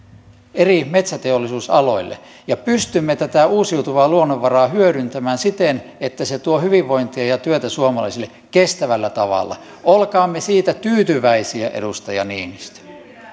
eri metsäteollisuusaloille ja pystymme tätä uusiutuvaa luonnonvaraa hyödyntämään siten että se tuo hyvinvointia ja työtä suomalaisille kestävällä tavalla olkaamme siitä tyytyväisiä edustaja niinistö